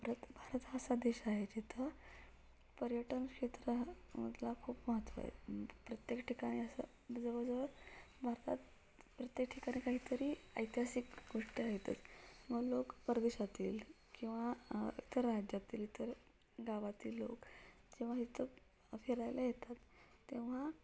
परत भारत हा असा देश आहे जिथं पर्यटन क्षेत्रामधला खूप महत्त्व आहे प्रत्येक ठिकाणी असं जवळ जवळ भारतात प्रत्येक ठिकाणी काहीतरी ऐतिहासिक गोष्टी आहेत लोक परदेशातील किंवा इतर राज्यातील इतर गावातील लोक जेव्हा इथं फिरायला येतात तेव्हा